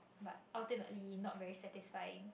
but ultimately not very satisfying